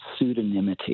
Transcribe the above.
pseudonymity